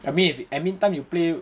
I mean if admin time you play